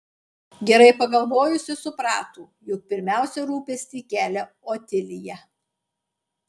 gerai pagalvojusi suprato jog pirmiausia rūpestį kelia otilija